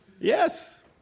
Yes